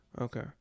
Okay